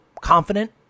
confident